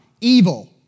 evil